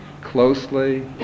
closely